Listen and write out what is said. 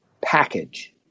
package